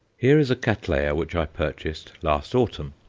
here is a cattleya which i purchased last autumn,